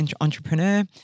entrepreneur